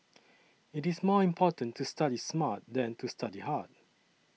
it is more important to study smart than to study hard